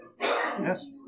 Yes